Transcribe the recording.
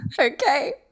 Okay